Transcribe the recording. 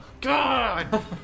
God